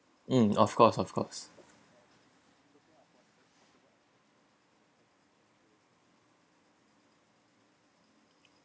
mm of course of course